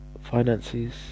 Finances